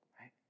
Right